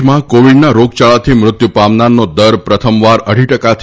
દેશમાં કોવીડના રોગયાળાથી મૃત્યુ પામનારનો દર પ્રથમવાર અઢી ટકાથી